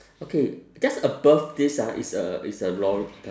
okay just above this ah is a is a lor~